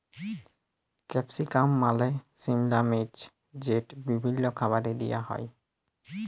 capsicum মালে সিমলা মির্চ যেট বিভিল্ল্য খাবারে দিঁয়া হ্যয়